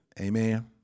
Amen